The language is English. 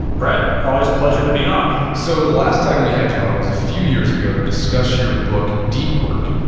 brett, always a pleasure to be on so the last time we had you on was a few years ago to discuss your book, deep work.